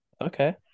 Okay